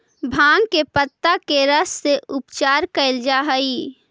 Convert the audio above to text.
भाँग के पतत्ता के रस से उपचार कैल जा हइ